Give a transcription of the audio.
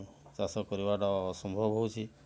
ଚାଷ କରିବାଟା ଅସମ୍ଭବ ହେଉଛି